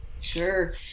Sure